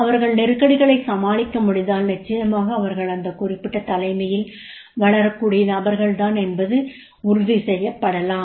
அவர்கள் நெறுக்கடிகளைச் சமாளிக்க முடிந்தால் நிச்சயமாக அவர்கள் அந்த குறிப்பிட்ட தலைமையில் வளரக்கூடிய நபர்கள் தான் என்பது உறுதிசெய்யப்படலாம்